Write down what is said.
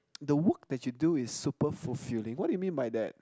the work that you do is super fulfilling what do you mean by that